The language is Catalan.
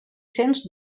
cents